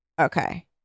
Okay